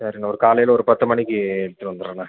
சரிண்ணே ஒரு காலையில் ஒரு பத்து மணிக்கு எடுத்துகிட்டு வந்துடறேண்ணே